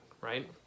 right